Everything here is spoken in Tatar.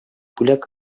бүләк